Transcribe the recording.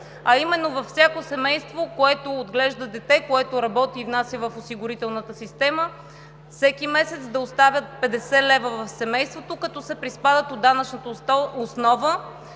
а именно във всяко семейство, което отглежда дете, което работи и внася в осигурителната система, всеки месец да остават 50 лв. в семейството, като се приспадат от данъчната основа.